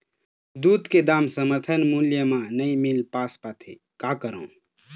दूध के दाम समर्थन मूल्य म नई मील पास पाथे, का करों?